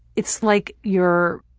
it's like your